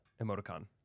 emoticon